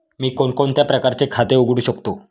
मी कोणकोणत्या प्रकारचे खाते उघडू शकतो?